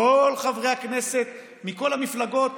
כל חברי הכנסת מכל המפלגות